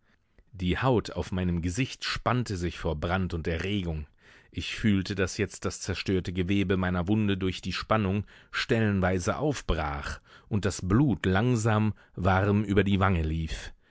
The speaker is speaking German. die haut auf meinem gesicht spannte sich vor brand und erregung ich fühlte daß jetzt das zerstörte gewebe meiner wunde durch die spannung stellenweise aufbrach und das blut langsam warm über die wange lief